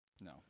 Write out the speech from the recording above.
No